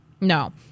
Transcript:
No